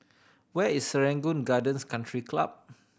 where is Serangoon Gardens Country Club